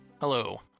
Hello